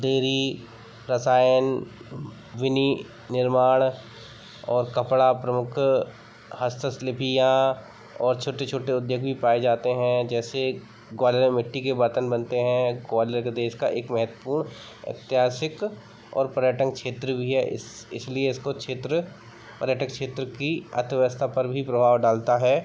dairy रसायन विनी निर्माण और कपड़ा प्रमुख हस्तशिल्प या और छोटे छोटे उद्योग भी पाए जाते हैं जैसे ग्वालियर में मिट्टी के बर्तन बनते हैं ग्वालियर के देश का एक महत्वपूर्ण ऐतिहासिक और पर्यटन क्षेत्र भी है इस इसलिए इसको क्षेत्र पर्यटन क्षेत्र की अर्थवेअस्था पर भी प्रभाव डालता है